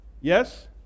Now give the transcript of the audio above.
Yes